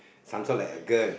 some sort like a girl